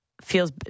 feels